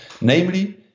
namely